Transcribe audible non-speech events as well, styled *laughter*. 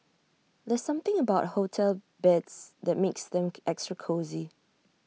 there's something about hotel beds that makes them *noise* extra cosy